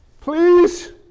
please